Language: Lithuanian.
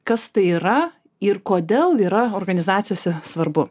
kas tai yra ir kodėl yra organizacijose svarbu